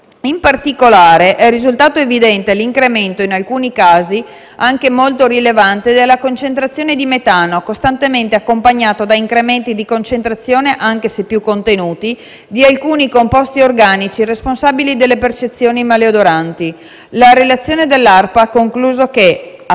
in alcuni casi è risultato evidente l'incremento, anche molto rilevante, della concentrazione di metano costantemente accompagnato da incrementi di concentrazione, anche se più contenuti, di alcuni composti organici responsabili delle percezioni maleodoranti. La relazione dell'ARPA ha concluso che